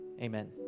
Amen